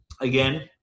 again